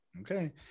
Okay